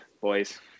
boys